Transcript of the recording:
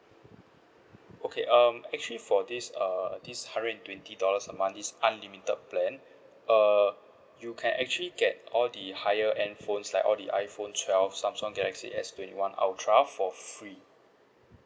okay um actually for this err this hundred and twenty dollars a month is unlimited plan err you can actually get all the higher end phones like all the iphone twelve samsung galaxy S twenty one ultra for free